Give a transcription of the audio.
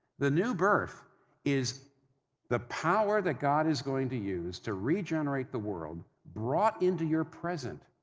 the new birth is the power that god is going to use to regenerate the world, brought into your present.